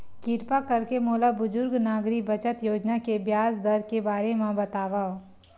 किरपा करके मोला बुजुर्ग नागरिक बचत योजना के ब्याज दर के बारे मा बतावव